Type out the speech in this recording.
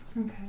Okay